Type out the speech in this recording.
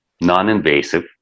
non-invasive